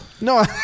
No